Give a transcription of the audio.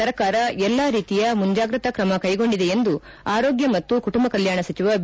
ಸರಕಾರ ಎಲ್ಲಾ ರೀತಿಯ ಮುಂಜಾಗ್ರತಾ ಕ್ರಮ ಕೈಕೊಂಡಿದೆ ಎಂದು ಆರೋಗ್ಯ ಮತ್ತು ಕುಟುಂಬ ಕಲ್ಕಾಣ ಸಚಿವ ಬಿ